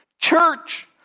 Church